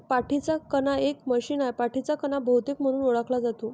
पाठीचा कणा एक मशीन आहे, पाठीचा कणा बहुतेक म्हणून ओळखला जातो